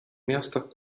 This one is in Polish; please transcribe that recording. miastach